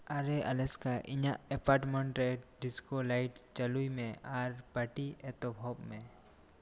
ᱟᱨᱮ ᱟᱞᱮᱥᱠᱟ ᱤᱧᱟᱹᱜ ᱮᱯᱟᱨᱴᱢᱮᱱᱴ ᱨᱮ ᱰᱤᱥᱠᱳ ᱞᱟᱭᱤᱴ ᱪᱟᱞᱩᱭ ᱢᱮ ᱟᱨ ᱯᱟᱨᱴᱤ ᱮᱛᱚᱦᱚᱵ ᱢᱮ